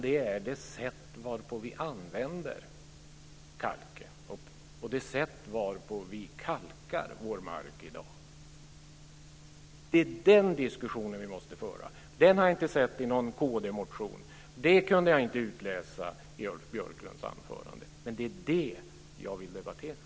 Det är det sätt varpå vi använder kalken och det sätt varpå vi kalkar vår mark i dag. Det är den diskussionen vi måste föra. Det har jag inte sett i någon kdmotion. Det kunde jag inte utläsa i Ulf Björklunds anförande. Men det är det jag vill debattera.